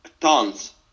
tons